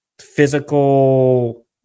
physical